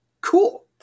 Cool